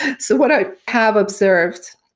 so what i have observed,